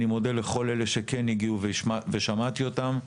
ומודה לכל אלה שהגיעו וששמעתי אותם.